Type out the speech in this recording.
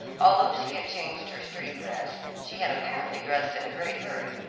although she had changed her street dress, she had apparently dressed in a great hurry,